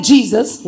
Jesus